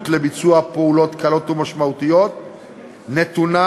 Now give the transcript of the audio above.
לביצוע פעולות קלות או משמעותיות נתונה